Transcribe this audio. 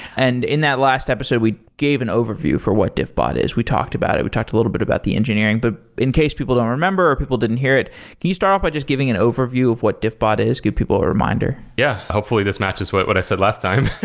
and in that last episode, we gave an overview for what diffbot is. we talked about it. we talked a little bit about the engineering. but in case people don't remember or people didn't hear it, can you start off by just giving an overview of what diffbot is? give people a reminder? yeah. hopefully this matches what what i said last time.